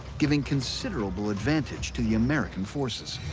giving considerable advantage to the american forces.